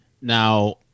Now